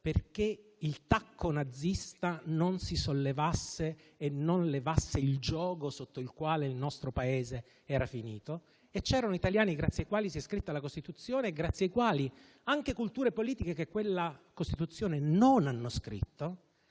perché il tacco nazista non si sollevasse e non levasse il giogo sotto il quale il nostro Paese era finito; e c'erano italiani grazie ai quali si è scritta la Costituzione e grazie ai quali anche culture politiche che quella Costituzione non hanno scritto